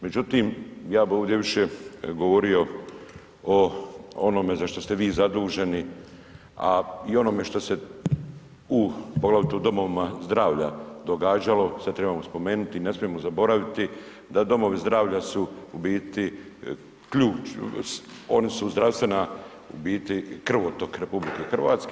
Međutim, ja bi ovdje više govorio o onome za što ste vi zaduženi, a i onome što se u poglavito u domovima zdravlja događalo, sad tribamo spomenuti, ne smijemo zaboraviti da domovi zdravlja su u biti ključ, oni su zdravstvena, u biti krvotok RH.